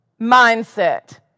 mindset